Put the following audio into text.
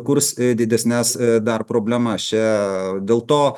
kurs didesnes dar problemas čia aaa dėl to